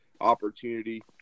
opportunity